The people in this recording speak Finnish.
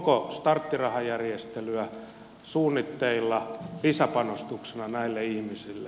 onko starttirahajärjestelyä suunnitteilla lisäpanostuksena näille ihmisille